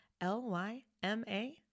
L-Y-M-A